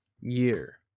year